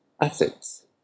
assets